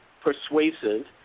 persuasive